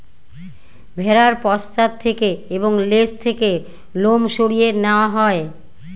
ভেড়ার পশ্চাৎ থেকে এবং লেজ থেকে লোম সরিয়ে নেওয়া হয়